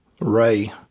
Ray